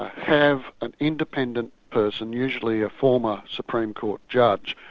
have an independent person, usually a former supreme court judge,